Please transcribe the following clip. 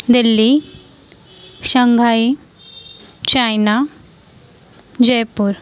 Delhi Shanghai China Jaipur